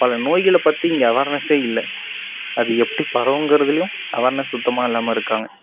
பல நோய்களைப்பத்தி இங்கே அவர்னஸே இல்லை அது எப்படி பரவுங்கிறதுலியும் அவர்னஸ் சுத்தமாக இல்லாமல் இருக்காங்க